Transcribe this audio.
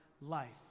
life